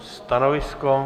Stanovisko?